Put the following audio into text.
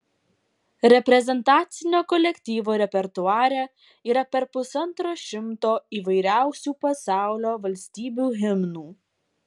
reprezentacinio kolektyvo repertuare yra per pusantro šimto įvairiausių pasaulio valstybių himnų